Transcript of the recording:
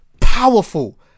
powerful